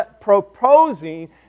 proposing